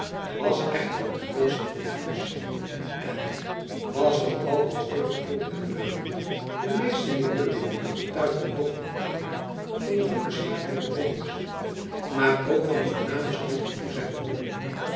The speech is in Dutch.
was echter het grootste van het huis en was het al wat volgepropt met meubelen de meesten dier meubelen getuigden toch niet alleen van den goeden smaak der bewoners maar ook van den voornamen stand waartoe zy behoorden